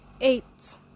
Eight